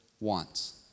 wants